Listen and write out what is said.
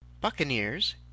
Buccaneers